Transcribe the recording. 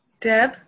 Deb